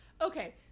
Okay